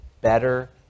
better